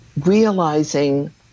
realizing